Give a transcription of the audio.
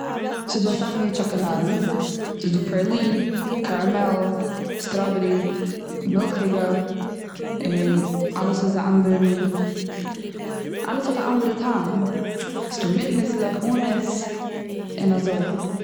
ס'איז דא אסאך מיני טשאקאלאדן ס'איז דא פרעילין, קאראמעל, סטראבערי, מילכיגע, און אלעס איז א אנדערע מין, אלעס האט א אנדערע טעם. ס'איז דא מיט ניסלעך, אן ניס, און אזוי.